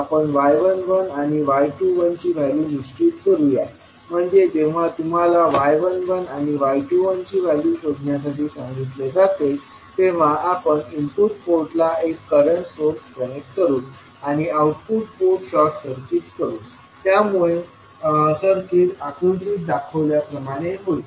आपण y11 आणि y21ची व्हॅल्यू निश्चित करूया म्हणजे जेव्हा तुम्हाला y11आणि y21 ची व्हॅल्यू शोधण्यासाठी सांगितले जाते तेव्हा आपण इनपुट पोर्ट ला एक करंट सोर्स कनेक्ट करू आणि आउटपुट पोर्ट शॉर्ट सर्किट करू त्यामुळे सर्किट आकृतीत दाखवल्याप्रमाणे होईल